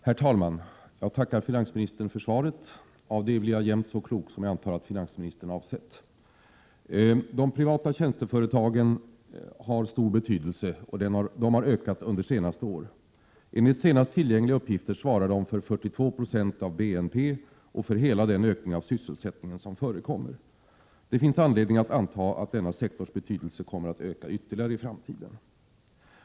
Herr talman! Jag tackar finansministern för svaret. Av det blir jag ungefär så klok som jag antar att finansministern har avsett. De privata tjänsteföretagen har stor betydelse, och de har ökat i antal under de senaste åren. Enligt senaste tillgängliga uppgifter svarar de för 42 90 av BNP och för hela den ökning av sysselsättningen som förekom. Det finns anledning att anta att denna sektors betydelse kommer att öka ytterligare i framtiden.